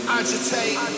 agitate